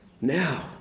now